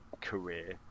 career